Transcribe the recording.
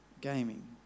gaming